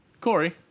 Corey